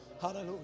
Hallelujah